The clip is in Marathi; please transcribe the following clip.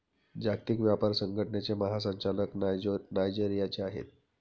जागतिक व्यापार संघटनेचे महासंचालक नायजेरियाचे आहेत